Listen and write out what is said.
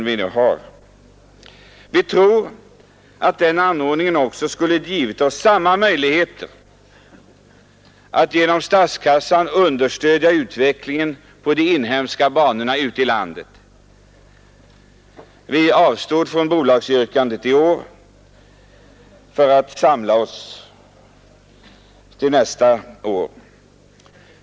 Vi tror att den anordningen också skulle ha givit oss samma möjligheter att genom statskassan understödja utvecklingen på de inhemska banorna ute i landet. Vi avstod från bolagsyrkandet i år för att samla oss till nästa år.